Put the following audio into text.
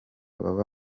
baba